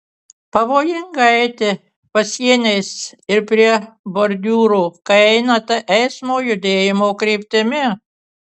pavojinga eiti pasieniais ir prie bordiūro kai einate eismo judėjimo kryptimi